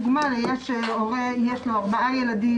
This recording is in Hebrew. הורה שיש לו ארבעה ילדים,